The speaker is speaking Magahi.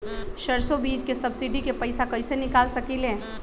सरसों बीज के सब्सिडी के पैसा कईसे निकाल सकीले?